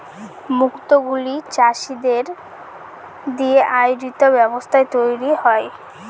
মুক্ত গুলো চাষীদের দিয়ে আয়োজিত ব্যবস্থায় তৈরী হয়